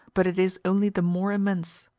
but it is only the more immense.